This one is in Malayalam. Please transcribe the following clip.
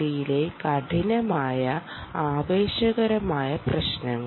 ഡി ലെ കഠിനമായ ആവേശകരമായ പ്രശ്നങ്ങൾ